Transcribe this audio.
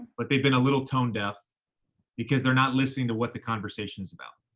but they've been a little tone-deaf because they're not listening to what the conversation is about.